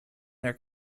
their